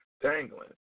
dangling